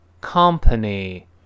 company